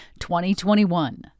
2021